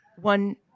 One